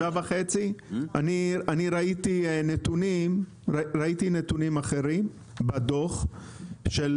אני ראיתי נתונים אחרים בדוח של